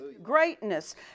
Greatness